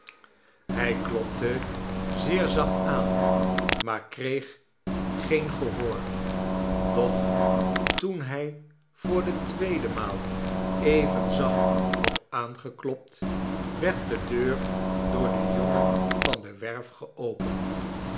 hij klopte zeer zacht aan maar kreeg geen gehoor doch toen hij voor de tweede maal even zacht had aangeklopt werd de deur door den jongen van de werf geopend